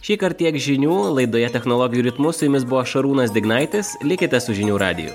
šį kart tiek žinių laidoje technologijų ritmu su jumis buvo šarūnas dignaitis likite su žinių radiju